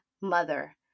mother